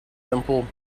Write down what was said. simple